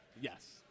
Yes